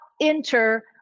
enter